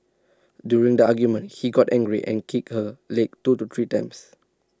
during the argument he got angry and kicked her legs two to three times